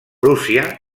prússia